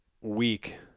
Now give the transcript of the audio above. week